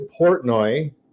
Portnoy